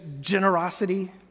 generosity